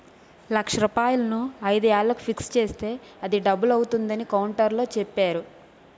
లక్ష రూపాయలను ఐదు ఏళ్లకు ఫిక్స్ చేస్తే అది డబుల్ అవుతుందని కౌంటర్లో చెప్పేరు